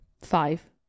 Five